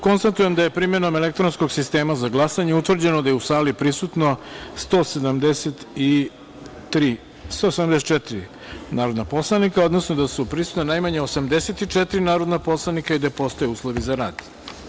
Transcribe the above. Konstatujem da je, primenom elektronskog sistema za glasanje, utvrđeno da je u sali prisutno 174 narodna poslanika, odnosno da su prisutna najmanje 84 narodna poslanika i da postoje uslovi za rad.